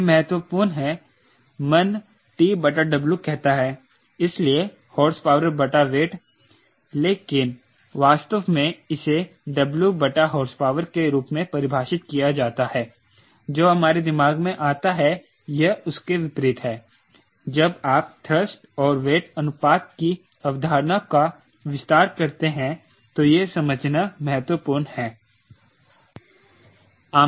यह महत्वपूर्ण है मन TW कहता है इसलिए हॉर्सपावर बटा वेट लेकिन वास्तव में इसे W बटा हॉर्सपावर के रूप में परिभाषित किया जाता है जो हमारे दिमाग में आता है यह उसके विपरीत है जब आप थ्रस्ट और वेट अनुपात की अवधारणा का विस्तार करते हैं तो यह समझना महत्वपूर्ण है